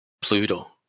Pluto